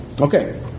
Okay